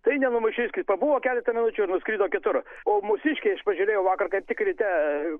tai ne mūsiškis pabuvo keletą minučių ir nuskrido kitur o mūsiškiai aš pažiūrėjau vakar kaip tik ryte